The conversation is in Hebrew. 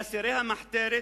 אסירי המחתרת